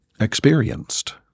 experienced